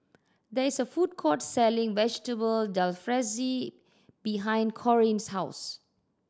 there is a food court selling Vegetable Jalfrezi behind Corrine's house